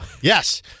Yes